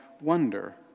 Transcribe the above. wonder